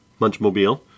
Munchmobile